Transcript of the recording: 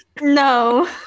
No